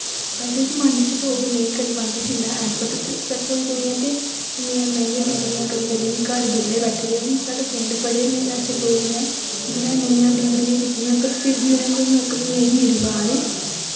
पैह्लै जमान्ने च लोग नेईं करी पांदे हे इन्ना ऐफर्ट ते कोई कोई ते इयां इन्नियां मैंह्गियां डिग्रियां करियै करियै बी घर बेल्ले बैठे दे हून साढ़े पिंड बड़े ऐसे लोक न जिनें इन्नियां इन्नियां डिग्रियां कीती दियां पर फिर बी उ'नेंगी कोई नौकरी नेईं मिली पा दी